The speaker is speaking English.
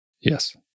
Yes